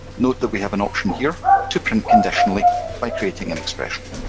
note that we have an option here to print conditionally by creating an expression.